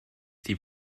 die